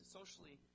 socially